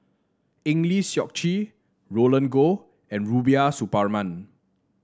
Eng Lee Seok Chee Roland Goh and Rubiah Suparman